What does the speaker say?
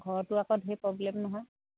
ঘৰতো আকৌ ঢেৰ প্ৰব্লেম নহয়